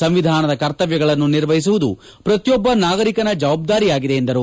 ಸಂವಿಧಾನದ ಕರ್ತವ್ಯಗಳನ್ನು ನಿರ್ವಹಿಸುವುದು ಪ್ರತಿಯೊಬ್ಬ ನಾಗರಿಕನ ಜವಾಬ್ದಾರಿಯಾಗಿದೆ ಎಂದರು